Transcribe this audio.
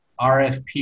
RFP